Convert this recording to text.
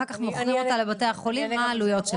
ומוכרים אותה אחר כך לבתי החולים מה העלויות של זה?